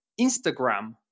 Instagram